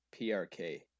PRK